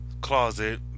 closet